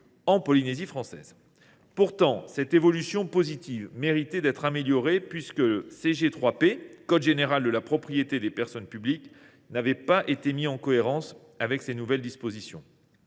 en Polynésie française. Cette évolution positive méritait d’être mise en œuvre, puisque le code général de la propriété des personnes publiques (CG3P) n’avait pas été mis en cohérence avec ces nouvelles dispositions.